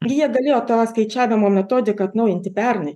ir jie galėjo tą skaičiavimo metodiką atnaujinti pernai